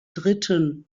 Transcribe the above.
dritten